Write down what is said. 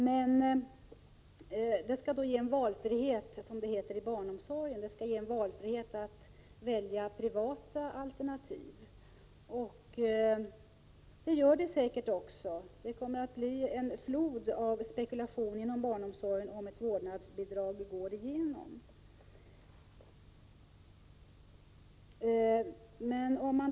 Men det skall, som det heter, ge valfrihet när det gäller barnomsorgen; det skall ge möjlighet att välja privata alternativ. Det gör det säkert också. Det kommer att bli en flod av spekulationer inom barnomsorgen, ifall förslaget om vårdnadsbidrag antas av riksdagen.